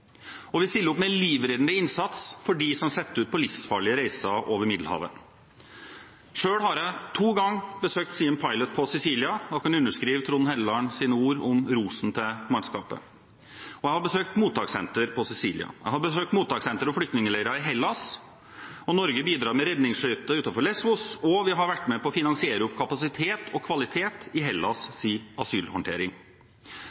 og vi stiller opp med livreddende innsats for dem som legger ut på livsfarlige reiser over Middelhavet. Selv har jeg to ganger besøkt «Siem Pilot» på Sicilia og kan underskrive på Trond Hellelands ord med ros til mannskapet. Jeg har besøkt mottakssenter på Sicilia, jeg har besøkt mottakssenter og flyktningleirer i Hellas. Norge bidrar med redningsskøyte utenfor Lesvos, og vi har vært med på å finansiere opp kapasitet og kvalitet i